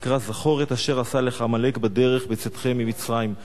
נקרא: "זכור את אשר עשה לך עמלק בדרך בצאתכם ממצרים".